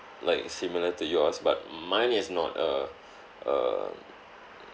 like similar to yours but mine is not a a